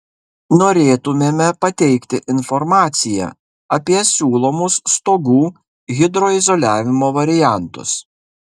norėtumėme pateikti informaciją apie siūlomus stogų hidroizoliavimo variantus